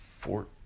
Four